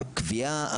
הקביעה,